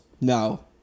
No